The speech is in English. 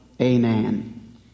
amen